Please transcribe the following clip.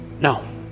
No